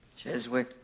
Cheswick